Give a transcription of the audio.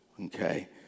okay